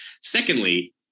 Secondly